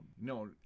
No